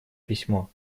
письмо